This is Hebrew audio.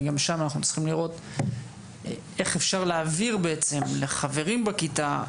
וגם שם אנחנו צריכים לראות איך אפשר להעביר בעצם לחברים בכיתה,